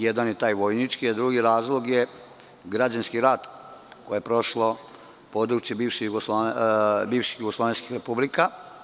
Jedan je taj vojnički, a drugi razlog je građanski rat koji je prošlo područje bivših jugoslovenskih republika.